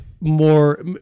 more